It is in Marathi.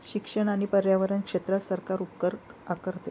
शिक्षण आणि पर्यावरण क्षेत्रात सरकार उपकर आकारते